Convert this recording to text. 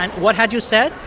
and what had you said?